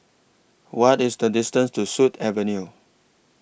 What IS The distance to Sut Avenue